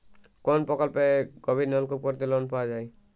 কোন প্রকল্পে গভির নলকুপ করতে লোন পাওয়া য়ায়?